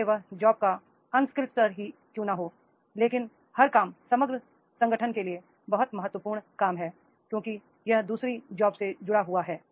चाहे वह जॉब का अस्किल का ही क्यों ना हो लेकिन हर काम समग्र संगठन के लिए बहुत महत्वपूर्ण काम है क्योंकि यह दू सरी जॉब से जुड़ा हुआ है